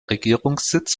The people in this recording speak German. regierungssitz